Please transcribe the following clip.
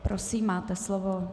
Prosím, máte slovo.